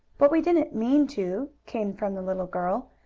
but we didn't mean to, came from the little girl.